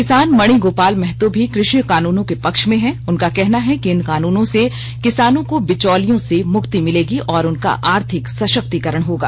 किसान मणि गोपाल महतो भी कृषि कानूनों के पक्ष में हैं उनका कहना है कि इन कानूनों से किसानों को बिचौलियों से मुक्ति मिलेगी और उनका आर्थिक सशक्तिकरण होगा